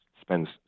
spends